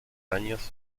años